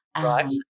Right